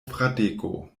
fradeko